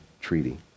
Treaty